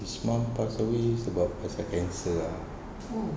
his mum passed away is about pasal cancer ah